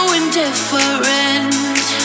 indifferent